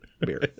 beer